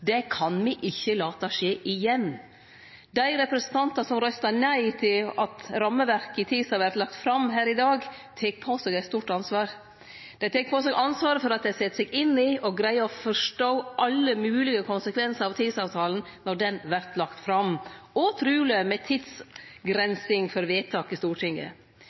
Det kan me ikkje late skje igjen. Dei representantane som røystar nei til at rammeverket i TISA vert lagt fram, her i dag, tek på seg eit stort ansvar. Dei tek på seg ansvaret for at dei set seg inn i, og greier å forstå, alle moglege konsekvensar av TISA-avtalen når han vert lagd fram – og truleg med tidsavgrensing for vedtak i Stortinget.